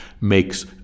makes